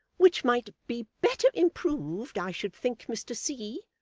which might be better improved, i should think, mr c,